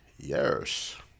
Yes